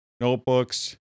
notebooks